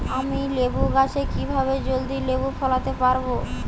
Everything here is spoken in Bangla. আমি লেবু গাছে কিভাবে জলদি লেবু ফলাতে পরাবো?